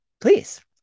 please